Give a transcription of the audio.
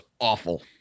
awful